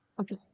Okay